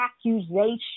accusation